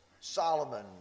Solomon